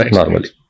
normally